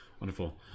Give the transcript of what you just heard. Wonderful